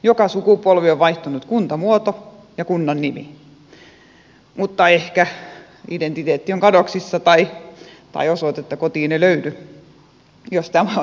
joka sukupolvi on vaihtunut kuntamuoto ja kunnan nimi mutta ehkä identiteetti on kadoksissa tai osoitetta kotiin ei löydy jos tämä on se peruste